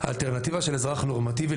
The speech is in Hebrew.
האלטרנטיבה של אזרח נורמטיבי,